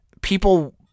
People